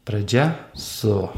pradžia su